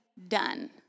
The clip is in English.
done